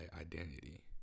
identity